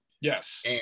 Yes